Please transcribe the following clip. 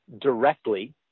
directly